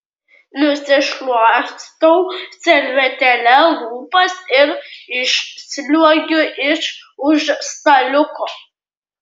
nusišluostau servetėle lūpas ir išsliuogiu iš už staliuko